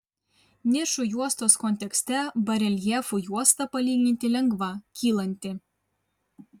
nišų juostos kontekste bareljefų juosta palyginti lengva kylanti